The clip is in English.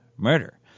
murder